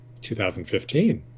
2015